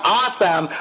awesome